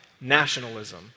nationalism